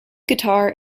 guitar